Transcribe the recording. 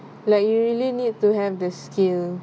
like you really need to have the skill